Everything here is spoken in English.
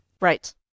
Right